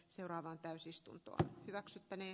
seuraava täysistunto hyväksyttänee